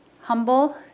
humble